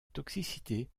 toxicité